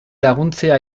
laguntzea